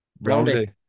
Roundy